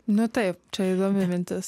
nu taip čia įdomi mintis